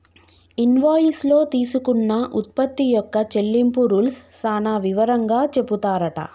invoice లో తీసుకున్న ఉత్పత్తి యొక్క చెల్లింపు రూల్స్ సాన వివరంగా చెపుతారట